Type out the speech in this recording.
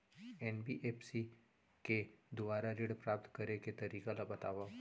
NBFC के दुवारा ऋण प्राप्त करे के तरीका ल बतावव?